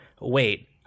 wait